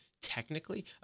technically